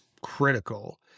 critical